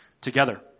together